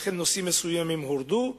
ולכן נושאים מסוימים הורדו,